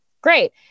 great